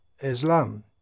Islam